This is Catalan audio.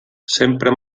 sempre